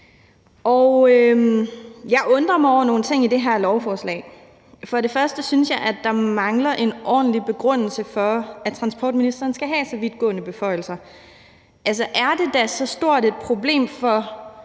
Jeg undrer mig over nogle ting i det her lovforslag. For det første synes jeg, at der mangler en ordentlig begrundelse for, at transportministeren skal have så vidtgående beføjelser. Altså, er det da så stort et problem for